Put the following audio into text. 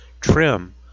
trim